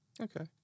Okay